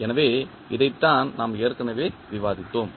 எனவே இதைத்தான் நாம் ஏற்கனவே விவாதித்தோம்